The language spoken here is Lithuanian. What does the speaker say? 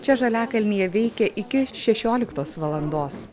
čia žaliakalnyje veikia iki šešioliktos valandos